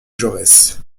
jaurès